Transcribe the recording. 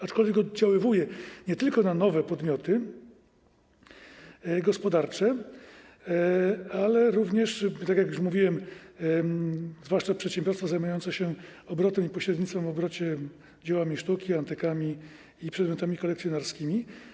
Aczkolwiek oddziałuje nie tylko na nowe podmioty gospodarcze, ale również, tak jak już mówiłem, zwłaszcza przedsiębiorstwa zajmujące się obrotem i pośrednictwem w obrocie dziełami sztuki, antykami i przedmiotami kolekcjonerskimi.